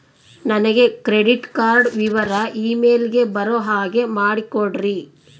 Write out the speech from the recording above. ನನಗೆ credit card ವಿವರ email ಗೆ ಬರೋ ಹಾಗೆ ಮಾಡಿಕೊಡ್ರಿ?